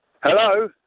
Hello